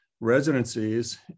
residencies